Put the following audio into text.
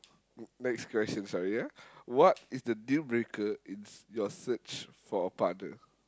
n~ next question sorry ya what is the deal breaker in your search for a partner